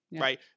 Right